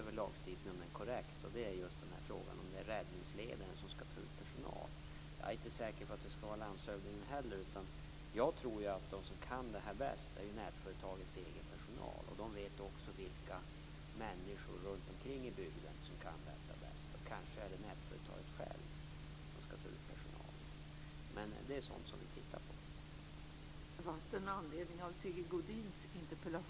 Vårt folk var på plats redan efter en vecka för att göra en utvärdering.